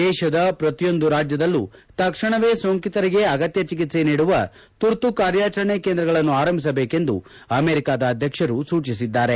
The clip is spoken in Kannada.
ದೇಶದ ಪ್ರತಿಯೊಂದು ರಾಜ್ಠದಲ್ಲೂ ತಕ್ಷಣವೇ ಸೋಂಕಿತರಿಗೆ ಅಗತ್ಯ ಚಿಕಿತ್ಸೆ ನೀಡುವ ತುರ್ತು ಕಾರ್ಯಾಚರಣೆ ಕೇಂದ್ರಗಳನ್ನು ಆರಂಭಿಸಬೇಕೆಂದು ಅಮೆರಿಕದ ಅಧ್ಯಕ್ಷರು ಸೂಚಿಸಿದ್ದಾರೆ